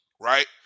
right